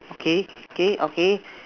okay okay okay